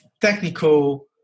technical